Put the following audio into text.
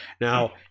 Now